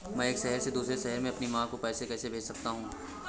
मैं एक शहर से दूसरे शहर में अपनी माँ को पैसे कैसे भेज सकता हूँ?